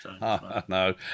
No